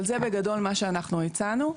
אבל זה בגדול מה שאנחנו הצענו.